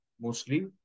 mostly